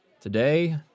Today